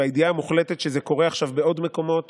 והידיעה המוחלטת שזה קורה עכשיו בעוד מקומות